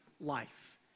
life